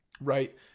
right